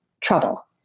trouble